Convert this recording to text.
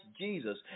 jesus